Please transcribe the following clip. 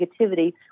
negativity